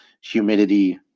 humidity